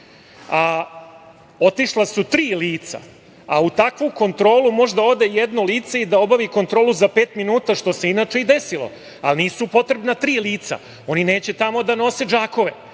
otišla su tri lica a u takvu kontrolu može da ode jedno lice i da obavi kontrolu za pet minuta, što se inače i desilo, ali nisu potrebna tri lica, oni neće tamo da nose džakove,